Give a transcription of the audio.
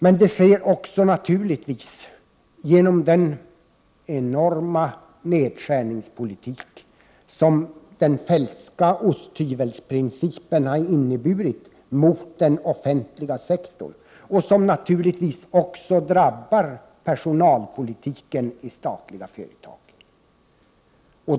| Det sker naturligtvis även genom den enorma nedskärningspolitik som den Feldska osthyvelsprincipen har inneburit mot den offentliga sektorn och som | naturligtvis också drabbar personalpolitiken i statliga företag.